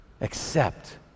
accept